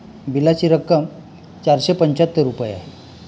बिलाची रक्कम चारशे पंच्याहत्तर रुपये आहे